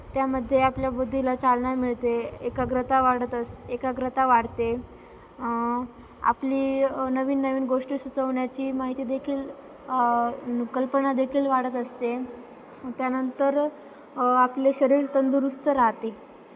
त्यामध्ये आपल्या बुद्धीला चालना मिळते एकाग्रता वाढत अस एकाग्रता वाढते आपली नवीन नवीन गोष्टी सुचवण्याची माहिती देखील कल्पना देखील वाढत असते त्यानंतर आपले शरीर तंदुरुस्त राहते